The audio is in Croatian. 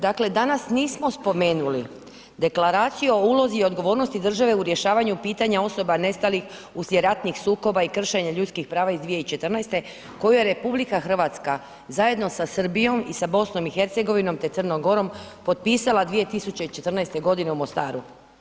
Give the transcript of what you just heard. Dakle, danas nismo spomenuli Deklaraciju o ulozi i odgovornosti države u rješavanju pitanja osoba nestalih uslijed ratnih sukoba i kršenja ljudskih prava iz 2014. koju je RH zajedno sa Srbijom i sa BiH, te Crnom Gorom potpisala 2014.g. u Mostaru.